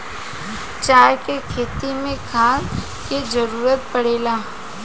चाय के खेती मे खाद के जरूरत पड़ेला